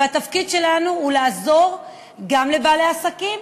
והתפקיד שלנו הוא לעזור גם לבעלי עסקים,